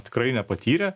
tikrai nepatyrė